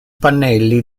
pannelli